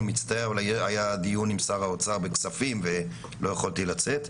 אני מצטער אבל היה דיון עם שר האוצר בכספים ולא יכולתי לצאת,